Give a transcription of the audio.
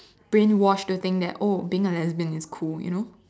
brainwashed to think that oh being a lesbian is cool you know